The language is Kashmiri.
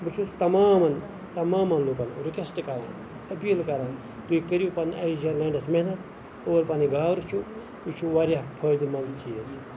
بہٕ چھُس تَمامَن تَمامَن لُکَن رِکیوٚسٹ کران أپیٖل کران تُہۍ کٔرِو پَننِس ایٚگرِکَلچَر لینٛڈَس محنَت اور پَنٕنۍ گاو رٔچھوُن یہِ چھُ واریاہ فٲیدٕ منٛد چیٖز